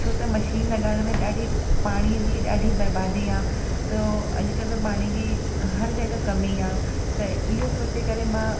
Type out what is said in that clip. छो त मशीन लॻाइण में ॾाढी पाणीअ जी ॾाढी बर्बादी आहे त अॼु कल्ह पाणी बि हर जॻहि कमी आहे त इहो सोचे करे मां